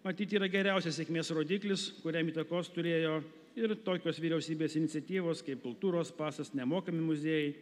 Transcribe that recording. matyt yra geriausias sėkmės rodiklis kuriam įtakos turėjo ir tokios vyriausybės iniciatyvos kaip kultūros pasas nemokami muziejai